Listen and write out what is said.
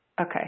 Okay